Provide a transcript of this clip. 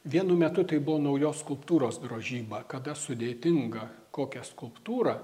vienu metu tai buvo naujos skulptūros drožyba kada sudėtingą kokią skulptūrą